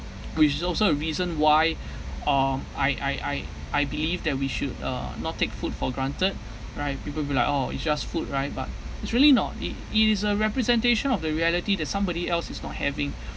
which is also a reason why um I I I I believe that we should uh not take food for granted right people be like oh it's just food right but it's really not it it is a representation of the reality that somebody else is not having